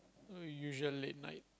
uh usual late night